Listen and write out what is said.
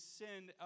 send